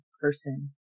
person